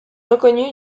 reconnue